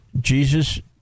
jesus